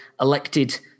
elected